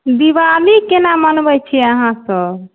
दिवाली कोना मनबै छिए अहाँसब